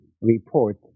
report